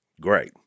great